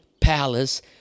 palace